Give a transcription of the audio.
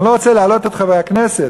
אני לא רוצה להלאות את חברי הכנסת,